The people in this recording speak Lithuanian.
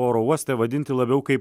oro uoste vadinti labiau kaip